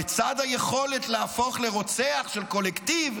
לצד היכולת להפוך לרוצח של קולקטיב,